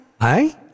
Hi